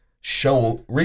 show